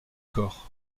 corps